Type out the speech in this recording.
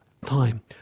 Time